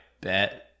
bet